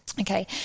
Okay